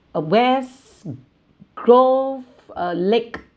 uh west grove uh lake